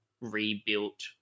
rebuilt